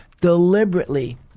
deliberately